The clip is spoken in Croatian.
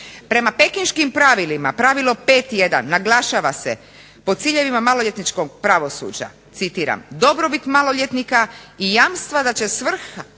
Prema pekinškim pravilima pravilo 5.1 naglašava se po ciljevima maloljetničkog pravosuđa, citiram: dobrobit maloljetnika i jamstva da će svrha